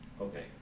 Okay